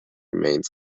remains